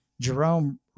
Jerome